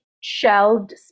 shelved